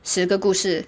十个故事